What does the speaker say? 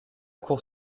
cour